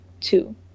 two